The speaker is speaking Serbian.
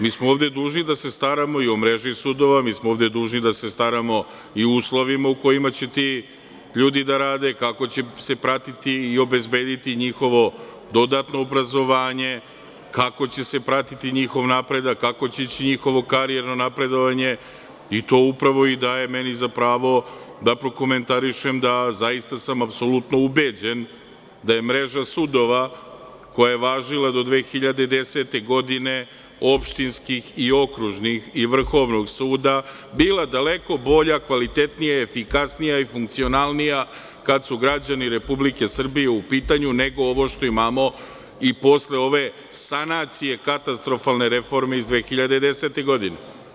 Mi smo ovde dužni da se staramo i o mreži sudova, mi smo ovde dužni da se staramo i o uslovima u kojima će ti ljudi da rade, kako će se pratiti i obezbediti njihovo dodatno obrazovanje, kako će se pratiti njihov napredak, kako će ići njihovo karijerno napredovanje i to upravo daje meni za pravo da prokomentarišem da sam zaista apsolutno ubeđen da je mreža sudova koja je važila do 2010. godine, opštinskih i okružnih i Vrhovnog suda, bila daleko bolja, kvalitetnija, efikasnija i funkcionalnija, kada su građani Republike Srbije u pitanju, nego ovo što imamo i posle ove sanacije katastrofalne reforme iz 2010. godine.